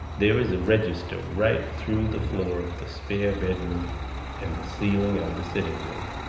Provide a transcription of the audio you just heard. there is a register right through the floor of the spare bedroom and the ceiling of the sitting room.